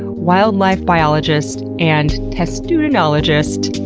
and wildlife biologist, and testudinologist,